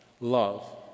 Love